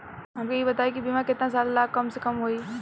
हमके ई बताई कि बीमा केतना साल ला कम से कम होई?